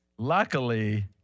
Luckily